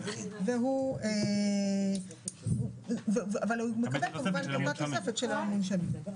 אבל הוא מקבל כמובן את אותה תוספת של המונשמים.